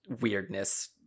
weirdness